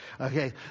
Okay